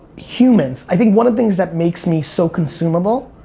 humans, i think one of the things that makes me so consumable,